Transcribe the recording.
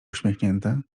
uśmiechnięte